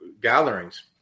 gatherings